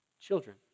children